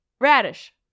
Radish